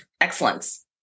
excellence